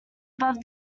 above